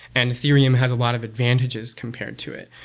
and ethereum has a lot of advantages compared to it.